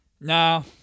No